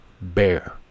bear